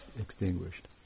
extinguished